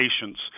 patients